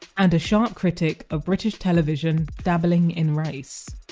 and a sharp critic of british television dabbling in race.